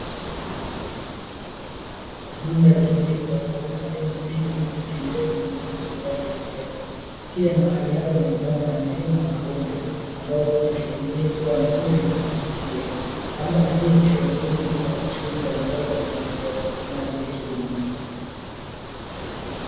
Mandhari tulivu iliyopambwa kwa majani mengi na miti mirefu na mifupi ya kijani, pia mahali hapa pamepambwa na milima na mabonde, ambayo hufanya sehemu hii kuwa nzuri na ya kuvutia, sambamba na hivyo sehwmu hii hutumika katika shughuli mbalimbali za maendeleo kama vile kilimo.